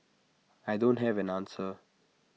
I don't have an answer